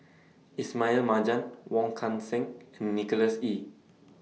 Ismail Marjan Wong Kan Seng and Nicholas Ee